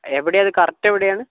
എവിടെയാണ് അത് കറക്റ്റ് എവിടെയാണ്